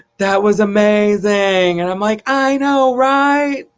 that was amazing. and i'm like i know right?